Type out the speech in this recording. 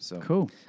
Cool